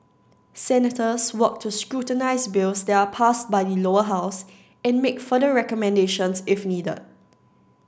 senators work to scrutinise bills that are passed by the Lower House and make further recommendations if needed